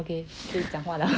okay 可以就讲话 liao